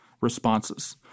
responses